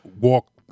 walk